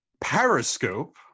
Periscope